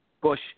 Bush